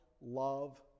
love